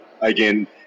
Again